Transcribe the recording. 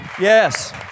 yes